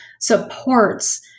supports